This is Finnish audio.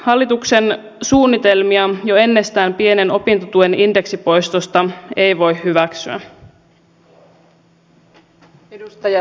hallituksen suunnitelmia jo ennestään pienen opintotuen indeksipoistosta ei voi hyväksyä